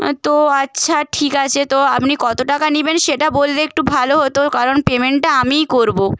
তো আচ্ছা ঠিক আছে তো আপনি কত টাকা নেবেন সেটা বললে একটু ভালো হত কারণ পেমেন্টটা আমিই করব